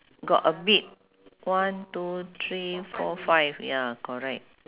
got a bit one two three four five ya correct